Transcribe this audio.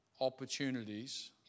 opportunities